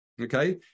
Okay